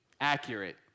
accurate